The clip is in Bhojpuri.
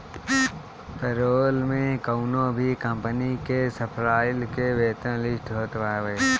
पेरोल में कवनो भी कंपनी के एम्प्लाई के वेतन लिस्ट होत बावे